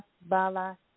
Bala